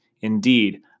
Indeed